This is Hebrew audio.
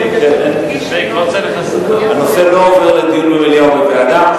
הנושא לא עובר לדיון במליאה או בוועדה.